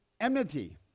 enmity